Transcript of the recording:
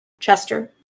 Chester